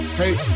hey